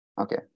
Okay